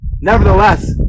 Nevertheless